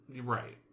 Right